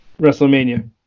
Wrestlemania